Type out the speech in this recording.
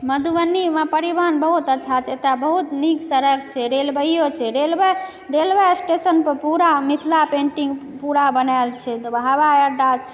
मधुबनीमे परिवहन बहुत अच्छा छै एतय बहुत नीक सड़क छै रेलवेयो छै रेलवे रेलवे स्टेशनपर पूरा मिथिला पेन्टिङ्ग पूरा बनाओल छै तऽ हवाइअड्डा छै